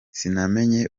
sinamenye